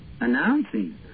announcing